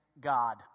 God